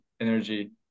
energy